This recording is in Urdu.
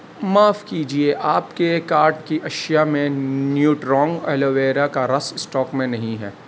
معاف کیجئے آپ کے کارٹ کی اشیاء میں نیوٹرانگ ایلو ویرا کا رَس اِسٹاک میں نہیں ہے